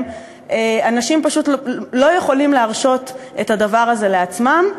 ואנשים פשוט לא יכולים להרשות את הדבר הזה לעצמם,